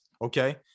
Okay